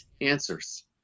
answers